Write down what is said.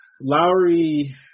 Lowry